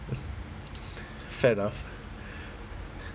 fair enough